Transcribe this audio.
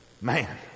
man